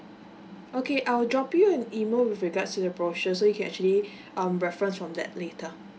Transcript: okay I'll drop you an email with regards to the brochure so you can actually um reference from that later